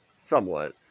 somewhat